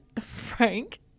Frank